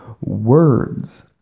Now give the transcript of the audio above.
Words